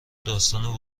داستان